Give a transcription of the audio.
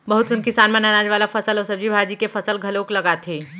बहुत कन किसान मन ह अनाज वाला फसल अउ सब्जी भाजी के फसल घलोक लगाथे